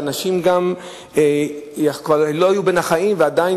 אנשים כבר לא היו בין החיים ועדיין